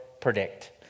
predict